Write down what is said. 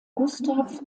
gustav